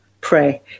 pray